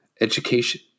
education